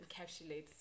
encapsulates